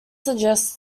suggests